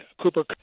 Cooper